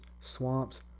swamps